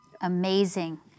Amazing